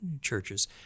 churches